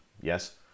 Yes